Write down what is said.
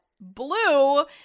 blue